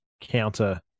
counter